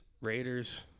Raiders